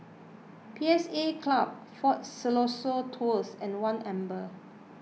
P S A Club fort Siloso Tours and one Amber